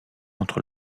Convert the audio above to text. entre